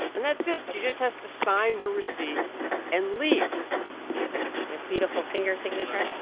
and that's it. she just has to sign her receipt and leave my beautiful finger signature.